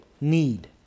need